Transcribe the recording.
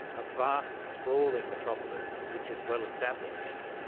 a vast, sprawling metropolis which is well-established.